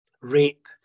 rape